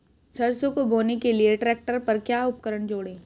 सरसों को बोने के लिये ट्रैक्टर पर क्या उपकरण जोड़ें?